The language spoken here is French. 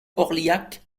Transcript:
orliac